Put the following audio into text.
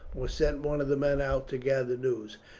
or sent one of the men out to gather news,